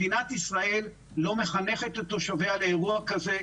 מדינת ישראל לא מחנכת את תושביה לאירוע כזה.